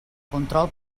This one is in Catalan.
control